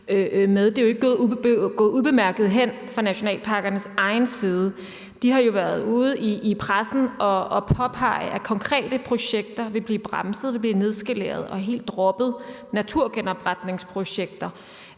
med, jo ikke gået ubemærket hen fra nationalparkernes egen side. De har jo været ude i pressen og påpege, at konkrete projekter, naturgenopretningsprojekter,